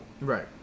Right